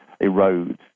erode